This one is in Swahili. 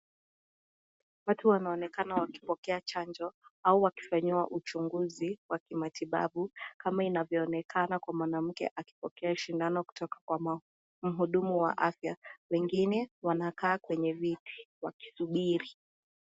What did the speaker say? Watu wanaonekana wakipokea chanjo au wakifanyiwa uchunguzi wa kimatibabu kama inavyoonekana kwa mwanamke akipokea shindano kutoka kwa mhudumu wa afya, wengine wanakaa kwenye viti wakisubiri.